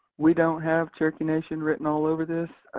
we don't have cherokee nation written all over this,